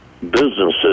businesses